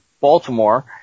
Baltimore